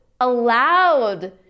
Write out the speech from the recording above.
Allowed